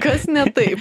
kas ne taip